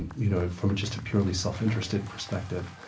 and you know from just a purely self-interested perspective.